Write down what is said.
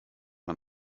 man